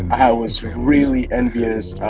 i was really envious